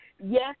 Yes